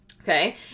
Okay